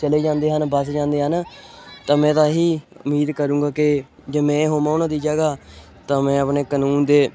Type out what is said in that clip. ਚਲੇ ਜਾਂਦੇ ਹਨ ਬਚ ਜਾਂਦੇ ਹਨ ਤਾਂ ਮੈਂ ਤਾਂ ਇਹ ਹੀ ਉਮੀਦ ਕਰੂੰਗਾ ਕਿ ਜੇ ਮੈਂ ਹੋਵਾਂ ਉਹਨਾਂ ਦੀ ਜਗ੍ਹਾ ਤਾਂ ਮੈਂ ਆਪਣੇ ਕਾਨੂੰਨ ਦੇ